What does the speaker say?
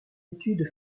études